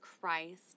Christ